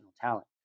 talent